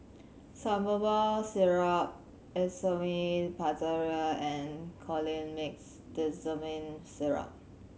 Salbutamol Syrup Esomeprazole and Colimix Dicyclomine Syrup